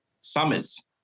summits